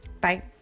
Bye